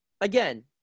again